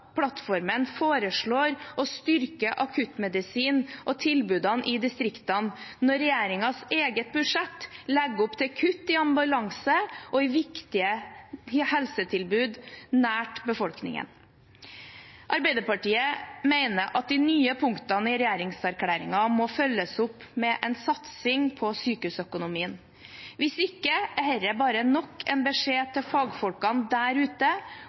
plattformen foreslår å styrke akuttmedisin og tilbudene i distriktene når regjeringens eget budsjett legger opp til kutt i ambulansetjenesten og viktige helsetilbud nær befolkningen. Arbeiderpartiet mener at de nye punktene i regjeringserklæringen må følges opp med en satsing på sykehusøkonomien – hvis ikke er dette bare nok en beskjed til fagfolkene der ute